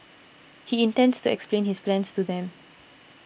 he intends to explain his plans to them